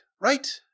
Right